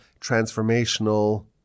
transformational